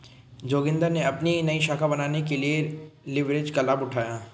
जोगिंदर ने अपनी नई शाखा बनाने के लिए लिवरेज का लाभ उठाया